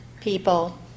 people